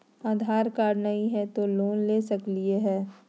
आधार card नही हय, तो लोन ले सकलिये है?